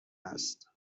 است